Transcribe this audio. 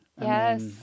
yes